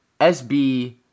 SB